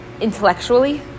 intellectually